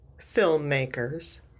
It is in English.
filmmakers